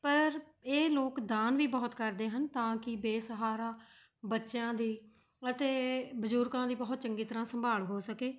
ਪਰ ਇਹ ਲੋਕ ਦਾਨ ਵੀ ਬਹੁਤ ਕਰਦੇ ਹਨ ਤਾਂ ਕਿ ਬੇਸਹਾਰਾ ਬੱਚਿਆਂ ਦੀ ਅਤੇ ਬਜ਼ੁਰਗਾਂ ਦੀ ਬਹੁਤ ਚੰਗੀ ਤਰ੍ਹਾਂ ਸੰਭਾਲ ਹੋ ਸਕੇ